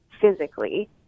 physically